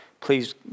Please